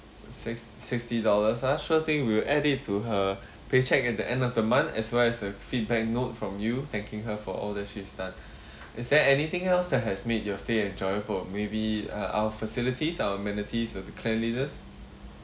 six sixty dollars ah sure thing will add it to her paycheck at the end of the month as well as a feedback note from you thanking her for all that she has done is there anything else that has made your stay enjoyable maybe uh our facilities or amenities the cleanliness